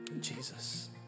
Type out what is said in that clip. Jesus